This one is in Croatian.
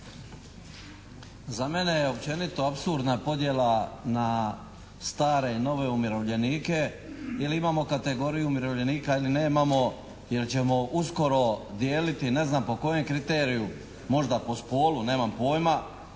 Za mene je općenito apsurdna podjela na stare i nove umirovljenike jer imamo kategoriju umirovljenika ili nemamo jer ćemo uskoro dijeliti ne znam po kojem kriteriju, možda po spolu, nemam pojma,